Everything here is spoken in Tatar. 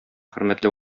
хөрмәтле